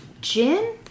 gin